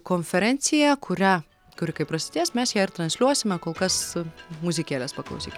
konferencija kurią kuri kai prasidės mes ją ir transliuosime kol kas muzikėlės paklausykim